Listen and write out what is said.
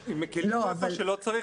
מקלים איפה שלא צריך,